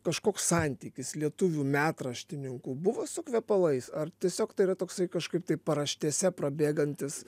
kažkoks santykis lietuvių metraštininkų buvo su kvepalais ar tiesiog tai yra toksai kažkaip tai paraštėse prabėgantis